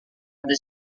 ada